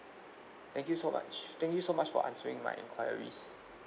thank you so much thank you so much for answering my enquiries